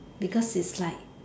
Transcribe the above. because it's like